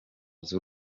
z’u